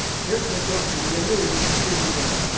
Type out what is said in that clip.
chris mitchell, cbn news, jerusalem.